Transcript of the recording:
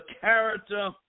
character